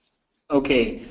okay,